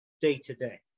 day-to-day